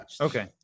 Okay